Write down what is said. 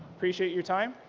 appreciate your time.